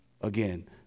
Again